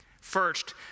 First